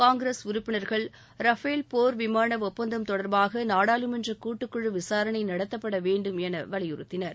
காங்கிரஸ் உறுப்பினர்கள் ரஃபேல் போர் விமாள ஒப்பந்தம் தொடர்பாக நாடாளுமன்றக் கூட்டு குழு விசாரணை நடத்தப்பட வேண்டும் என வலியுறுத்தினர்